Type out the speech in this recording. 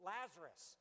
Lazarus